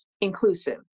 inclusive